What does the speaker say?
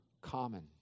common